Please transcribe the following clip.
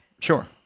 Sure